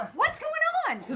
what's going um on.